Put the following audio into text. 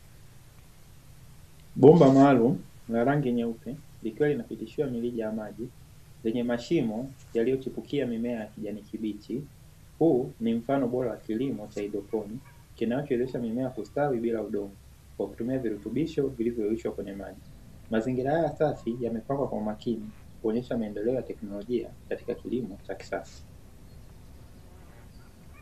Bomba maalumu la rangi nyeupe likiwa limepitishiwa mirija ya maji kwenye mashimo yaliyochipukia mimea ya kijani kibichi. Huu ni mfano wa kilimo cha haidroponi kinachowezesha mimea kustawi bila udongo, kwa kutumia virutubisho vilivyoyeyushwa kwenye maji. Mazingira haya safi yamepangwa kwa umakini kuonyesha maendeleo ya kiteknolojia katika kilimo cha kisasa.